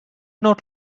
not